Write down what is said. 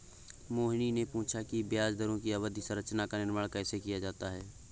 मोहिनी ने पूछा कि ब्याज दरों की अवधि संरचना का निर्माण कैसे किया जाता है?